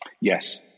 Yes